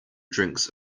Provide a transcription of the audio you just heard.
drinks